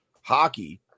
hockey